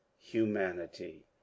humanity